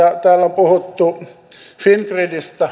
täällä on puhuttu fingridistä